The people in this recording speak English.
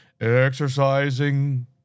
exercising